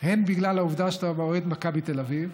הן בגלל העובדה שאתה אוהד מכבי תל אביב,